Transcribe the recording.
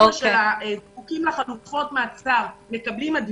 החבר'ה שזקוקים לחלופות מעצר מקבלים עדיפות,